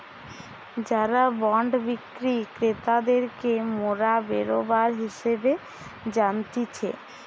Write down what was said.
যারা বন্ড বিক্রি ক্রেতাদেরকে মোরা বেরোবার হিসেবে জানতিছে